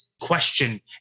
question